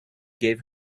gave